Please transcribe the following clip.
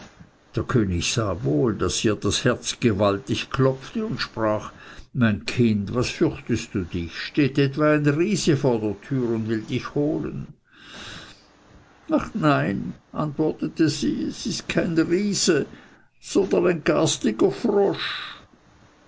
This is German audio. der könig sah wohl daß ihr das herz gewaltig klopfte und sprach mein kind was fürchtest du dich steht etwa ein riese vor der tür und will dich holen ach nein antwortete sie es ist kein riese sondern ein garstiger frosch